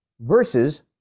versus